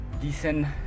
decent